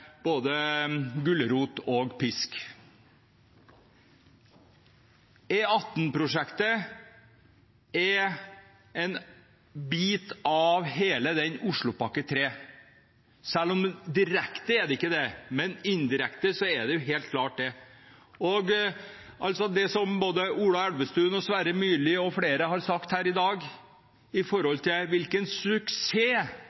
både gulrot og pisk. E18-prosjektet er en bit av hele Oslopakke 3. Det er ikke det direkte, men indirekte er det helt klart det. Når det gjelder det som både Ola Elvestuen, Sverre Myrli og flere har sagt her i dag om hvilken suksess man har hatt i